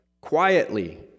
Quietly